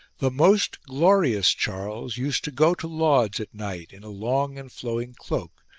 the most glorious charles used to go to lauds at night in a long and flowing cloak,